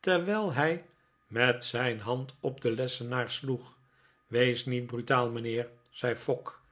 terwijl hij met zijn hand op den lessenaar sloeg wees niet brutaal mijnheer zei fogg